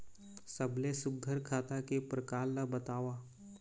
सबले सुघ्घर खाता के प्रकार ला बताव?